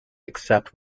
except